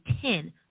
ten